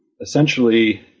essentially